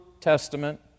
Testament